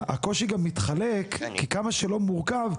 הקושי גם מתחלק כי כמה שלא מורכב,